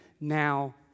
now